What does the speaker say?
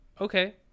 okay